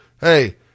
hey